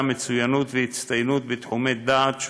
המצוינות וההצטיינות בתחומי דעת שונים,